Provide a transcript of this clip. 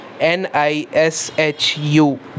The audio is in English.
N-I-S-H-U